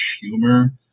humor